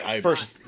First